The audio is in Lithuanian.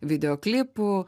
video klipų